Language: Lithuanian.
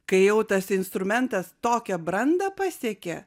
kai jau tas instrumentas tokią brandą pasiekė